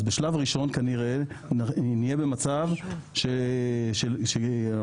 בשלב הראשון נהיה במצב שישתפר,